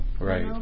Right